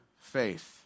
faith